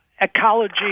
Ecology